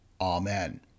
Amen